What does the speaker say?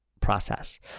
process